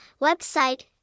Website